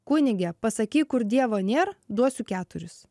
kunige pasakyk kur dievo nėra duosiu keturis